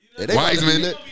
Wiseman